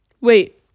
wait